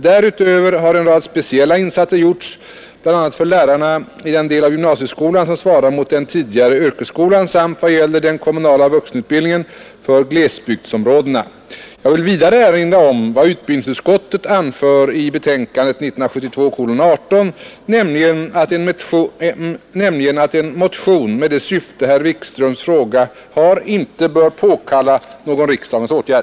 Därutöver har en rad speciella insatser gjorts, bl.a. för lärarna i den del av gymnasieskolan som svarar mot den tidigare yrkesskolan samt, i vad gäller den kommunala vuxenutbildningen, för glesbygdsområdena. Jag vill vidare erinra om vad utbildningsutskottet anför i betänkandet nr 18 år 1972, nämligen att en motion med det syfte herr Wikströms fråga har inte bör påkalla någon riksdagens åtgärd.